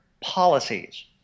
policies